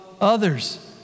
others